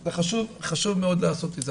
זה חשוב מאוד לעשות את זה,